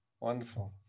Wonderful